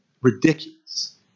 ridiculous